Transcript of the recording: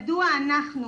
מדוע אנחנו,